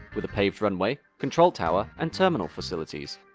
with a paved runway, control tower and terminal facilities.